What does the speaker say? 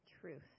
truth